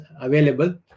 available